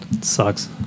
Sucks